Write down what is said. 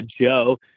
Joe